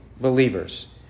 believers